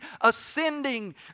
ascending